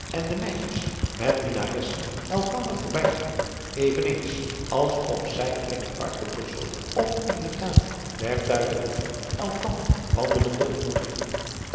en de meisjes met dienaressen elkander voorbijgaande eveneens als of zij in het park te brussel of in de tuin der tuillerien elkander wandelende ontmoetten